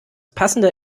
passende